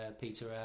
Peter